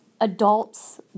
adults